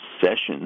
sessions